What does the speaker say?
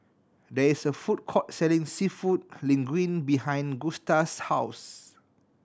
there is a food court selling Seafood Linguine behind Gusta's house